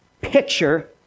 picture